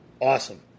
Awesome